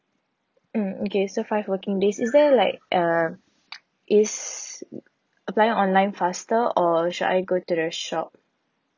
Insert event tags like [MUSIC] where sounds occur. mm okay so five working days is there like uh [NOISE] is applying online faster or should I go to the shop